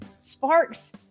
sparks